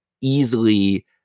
easily